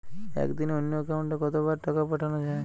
একদিনে অন্য একাউন্টে কত বার টাকা পাঠানো য়ায়?